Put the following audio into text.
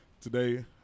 Today